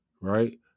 right